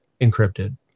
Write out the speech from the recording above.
encrypted